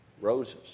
roses